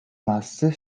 მასზე